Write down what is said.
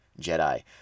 Jedi